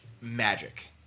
magic